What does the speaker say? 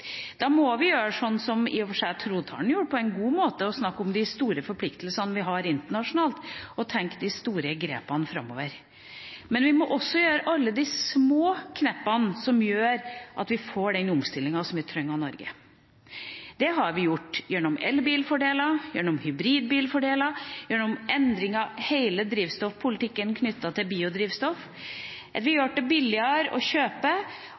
Da må vi gjøre sånn som i og for seg trontalen gjorde på en god måte, snakke om de store forpliktelsene vi har internasjonalt, og tenke de store grepene framover. Men vi må også gjøre alle de små knepene som gjør at vi får den omstillingen vi trenger i Norge. Det har vi gjort gjennom elbilfordeler, gjennom hybridbilfordeler, gjennom endringer i hele drivstoffpolitikken knyttet til biodrivstoff vi har gjort det billigere å kjøpe,